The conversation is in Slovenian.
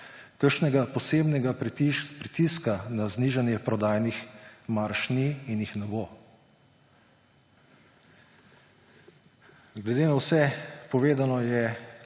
kakšnega posebnega pritiska na znižanje prodajnih marž ni in jih ne bo. Glede na vse povedano je